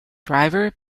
driver